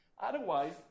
Otherwise